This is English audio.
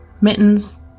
mittens